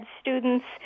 students